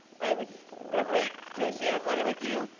it was great to share flutter with you.